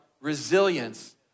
resilience